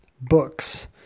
books